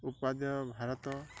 ଉତ୍ପାଦ ଭାରତ